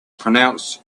pronounced